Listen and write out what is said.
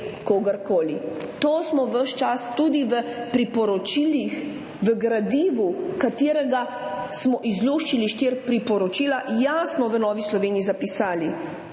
To smo ves čas tudi v priporočilih, v gradivu, v katerem smo izluščili štiri priporočila, jasno v Novi Sloveniji zapisali: